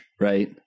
right